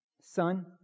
son